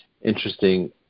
interesting